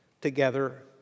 Together